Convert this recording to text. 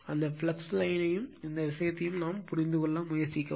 அந்த ஃப்ளக்ஸ் லைன்யும் இந்த விஷயத்தையும் புரிந்து கொள்ள முயற்சிக்கவும்